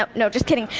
ah no, just kidding.